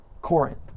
Corinth